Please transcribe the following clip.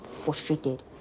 frustrated